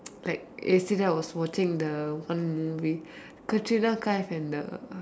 like yesterday I was watching the one movie Katrina Kaif and the